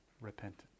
repentance